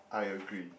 I agree